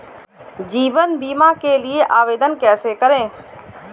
जीवन बीमा के लिए आवेदन कैसे करें?